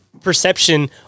perception